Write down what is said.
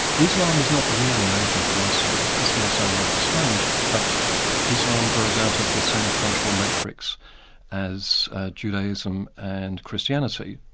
islam is not really an asian philosophy. this may sound rather strange, but islam grows out of the same cultural matrix as judaism and christianity,